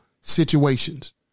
situations